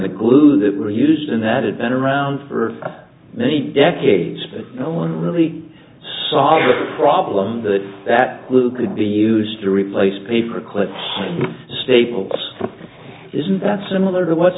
the glue that were used in that had been around for many decades but no one really saw the problem that that blue could be used to replace paper clips staples isn't that similar to what's